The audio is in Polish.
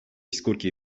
skórki